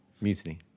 Mutiny